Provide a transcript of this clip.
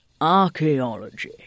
archaeology